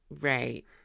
Right